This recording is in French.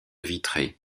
vitré